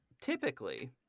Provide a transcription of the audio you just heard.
Typically